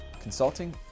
consulting